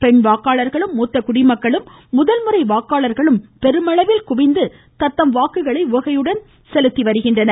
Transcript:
பெண் வாக்காளர்களும் மூத்த குடிமக்களும் முதன்முறை வாக்காளர்களும் பெருமளவில் குவிந்து தத்தம் வாக்குகளை உவகையுடன் வாக்களித்து செலுத்தி வருகின்றனர்